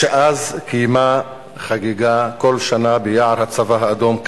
שקיימה חגיגה כל שנה ביער הצבא האדום,